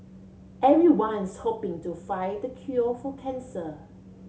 everyone's hoping to find cure for cancer